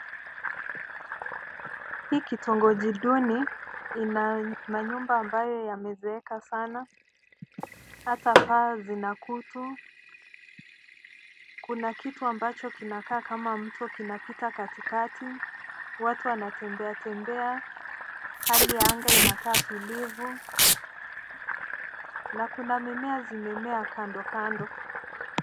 Hii kitongoji nduni ina manyumba ambayo yamezeeka sana hata paa zina kutu kuna kitu ambacho kina kaa kama mto kinapita katikati watu wana tembea tembea hali ya anga inakaa tulivu na kuna mimea zimemea kando kando